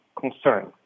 concern